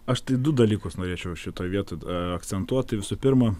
aš tai du dalykus norėčiau šitoj vietoj akcentuot tai visų pirma